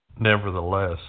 nevertheless